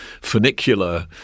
funicular